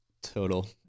Total